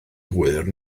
hwyr